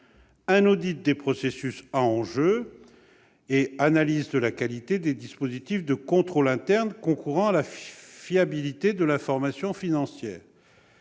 audit des processus à enjeux et analyse de la qualité des dispositifs de contrôle interne concourant à la fiabilité de l'information financière